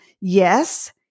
Yes